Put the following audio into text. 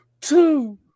two